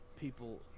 people